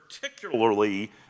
particularly